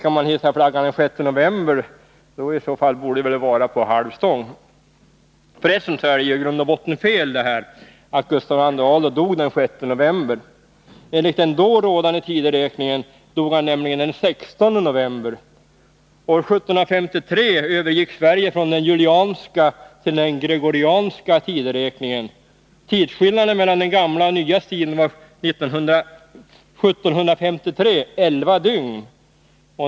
Skall man hissa flaggan den 6 november borde det i så fall vara på halv stång. För resten är det i grund och botten fel att Gustav II Adolf dog den 6 november. Enligt den då rådande tideräkningen dog han nämligen den 16 november. År 1753 övergick Sverige från den julianska till gregorianska tideräkningen. Tidsskillnaden mellan den gamla och den nya tiden var år 1753 11 dygn.